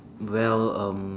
well um